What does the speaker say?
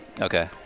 Okay